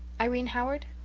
irene howard?